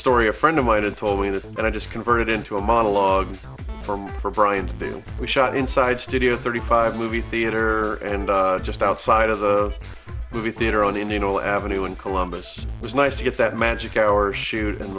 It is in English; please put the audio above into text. story a friend of mine and told me that and i just convert it into a monologue from for brian do we shot inside studio thirty five movie theater and just outside of the movie theater on in the middle avenue in columbus was nice to get that magic hours shoot